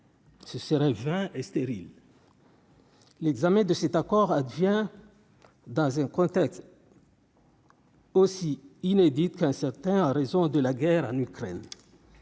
Ce serait vain et stérile. L'examen de cet accord advient dans un contexte. Aussi inédite qu'à certains, à raison de la guerre en Ukraine